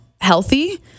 healthy